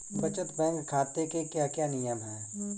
बचत बैंक खाते के क्या क्या नियम हैं?